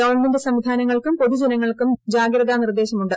government സംവിധാനങ്ങൾക്കും പൊതുജനങ്ങൾക്കും ജാഗ്രതാ നിർദ്ദേശമുണ്ട്